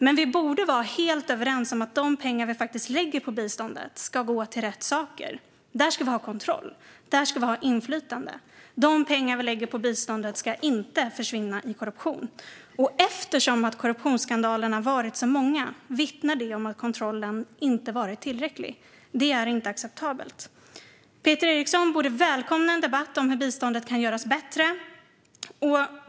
Men vi borde vara helt överens om att de pengar vi faktiskt lägger på biståndet ska gå till rätt saker. Där ska vi ha kontroll. Där ska vi ha inflytande. De pengar vi lägger på biståndet ska inte försvinna i korruption. Att korruptionsskandalerna har varit så många vittnar om att kontrollen inte har varit tillräcklig. Det är inte acceptabelt. Peter Eriksson borde välkomna en debatt om hur biståndet kan göras bättre.